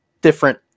different